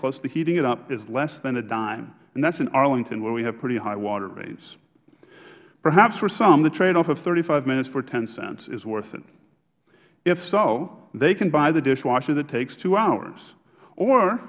plus the heating it up is less than a dime and that is in arlington where we have pretty high water rates perhaps for some the tradeoff of thirty five minutes for ten cents is worth it if so they can buy the dishwasher that takes two hours or